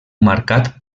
marcat